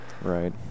Right